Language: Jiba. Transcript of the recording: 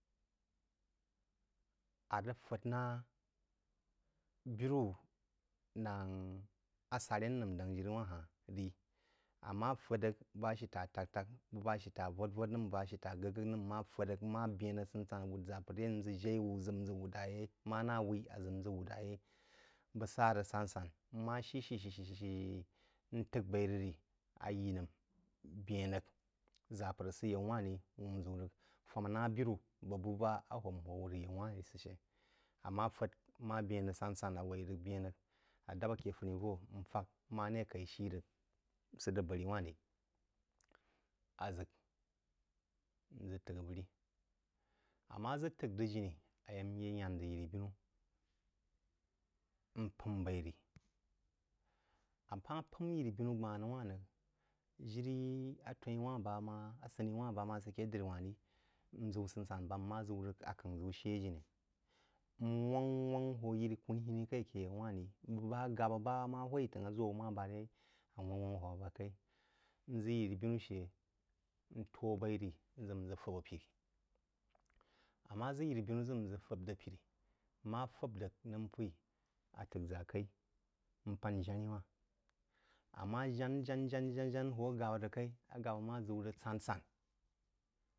Ā rəg f’əd naa birú asarī n nəm dang jiri wah-n rī. Āmma f’əd rəg bu bá ashitá a tak-tak bəg ba ashita a vūd-vūd nəm bəg ba ashita a ghə-ghə nəm n ma f’əd rəg, n ma bēn rəg sən san, a wūd ʒápər yeí, n ʒə jaí wú nʒə ʒə wūd ra yeí, mana wúí aʒə n ʒə wūd ra yei bəg sa rəg san san n ma shī rəg shī shī shī shī shī n t’ək b’aī rəg rī, ayī nəm bēn rəg. Ʒapər a sə yaú wán-rí wōm-ʒəu rəg, famá na biru bəg bu ba ahō n hō wər yaú – wahn rī sə shə. Āmma f’əd ma bēn rəg sān sɛn, ā w’aí rəg bən rəg a da’p aké funí vō n fāk mare kaí shí rəg sət rəg a bari wan-ri-aʒək nʒə t’əgh avəri. Ammá ʒək t’əgh rəg jini, a yak nyé yán ʒə yin-binū n pām b’aí rí, amma pām yiri-binú gbanuwa rəg, jiri atw’eínwahn ba ma, asənī’wanh ba ma sə aké diri-wanh ri, nʒəun sən san bam ma ʒəun aking ʒəu shə jinī n wángk- wángk hō yiri-kunhini kaí ake yaú-wanh rī, bəg aghaba ba ma hwaǐ t’əngh a ʒǒ wú ma nár yeí, a wangk wangk hō ba kaí- n ʒə n ʒə fāb prí. Āmma ʒək yiri binu nʒə fāb rəg pirí, má fāb rəg nəm po’-ī, a t’əgh ʒā kaī, agha-ba ma ʒəun rəg san san.